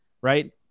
right